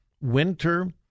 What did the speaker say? Winter